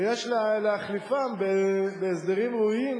ויש להחליפם בהסדרים ראויים